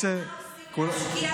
אבל צבי,